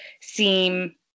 seem